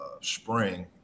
spring